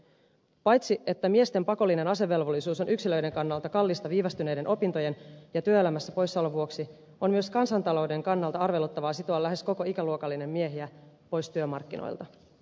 paitsi että miesten pakollinen asevelvollisuus on yksilöiden kannalta kallista viivästyneiden opintojen ja työelämässä poissaolon vuoksi on myös kansantalouden kannalta arveluttavaa sitoa lähes koko ikäluokallinen miehiä pois työmarkkinoilta